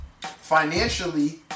financially